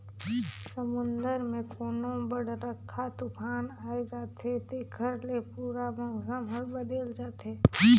समुन्दर मे कोनो बड़रखा तुफान आये जाथे तेखर ले पूरा मउसम हर बदेल जाथे